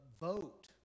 vote